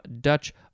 Dutch